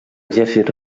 exèrcits